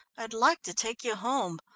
i'd like to take you home.